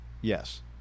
Yes